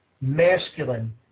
masculine